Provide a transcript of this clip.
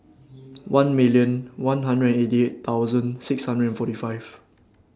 one million one hundred eighty eight thousand six hundred and forty five